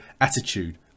attitude